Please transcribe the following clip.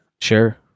sure